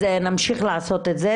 נמשיך לעשות את זה.